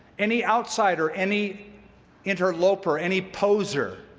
any outsider, any interloper, any poser,